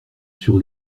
sur